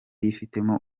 yifitemo